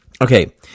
Okay